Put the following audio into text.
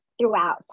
throughout